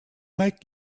make